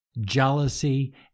jealousy